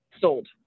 sold